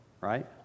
right